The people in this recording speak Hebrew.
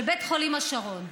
של בית חולים השרון,